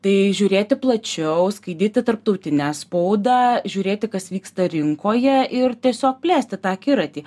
tai žiūrėti plačiau skaityti tarptautinę spaudą žiūrėti kas vyksta rinkoje ir tiesiog plėsti tą akiratį